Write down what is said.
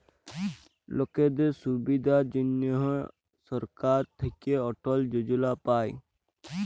লকদের সুবিধার জনহ সরকার থাক্যে অটল যজলা পায়